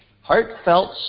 Heartfelt